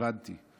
הבנתי.